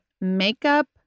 Makeup